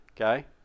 Okay